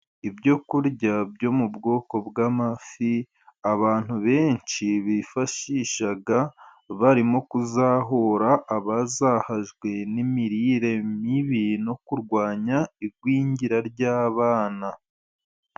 Ibyokurya byo mu bwoko bw'amafi, abantu benshi bifashisha barimo kuzahura abazahajwe n'imirire mibi, no kurwanya igwingira ry'abana.